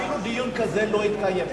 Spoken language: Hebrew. אפילו דיון כזה לא התקיים.